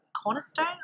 cornerstone